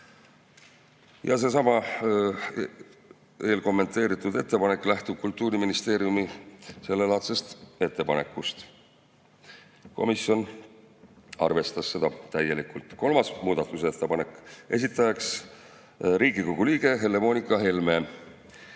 Seesama eelkommenteeritud ettepanek lähtub Kultuuriministeeriumi sellelaadsest ettepanekust. Komisjon arvestas seda täielikult. Kolmas muudatusettepanek, esitaja on Riigikogu liige Helle-Moonika Helme.